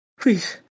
please